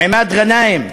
עימאד גנאים,